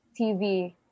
TV